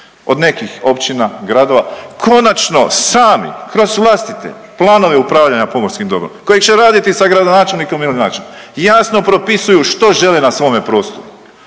od nekih općina, gradova konačno sami kroz vlastite planove upravljanja pomorskim dobrom, koji će raditi sa gradonačelnikom ili načelnikom jasno propisuju što žele na svome prostoru,